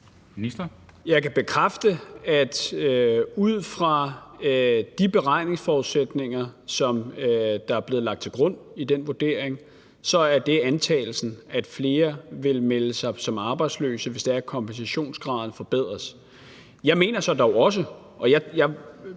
Jeg kan bekræfte, at ud fra de beregningsforudsætninger, som der er blevet lagt til grund i den vurdering, så er det antagelsen, at flere vil melde sig som arbejdsløse, hvis det er, at kompensationsgraden forbedres. Men jeg mener dog også – og jeg